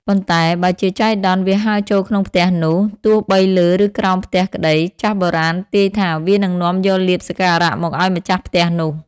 ប៉ុន្តែ បើជាចៃដន្យវាហើរចូលក្នុងផ្ទះនោះ ទោះបីលើ ឬក្រោមផ្ទះក្ដី ចាស់បុរាណទាយថាវានឹងនាំយកលាភសក្ការៈមកឱ្យម្ចាស់ផ្ទះនោះ។